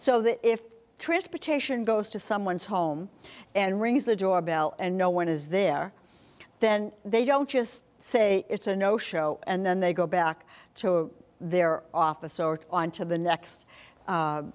so that if transportation goes to someone's home and rings the doorbell and no one is there then they don't just say it's a no show and then they go back to their office or on to the next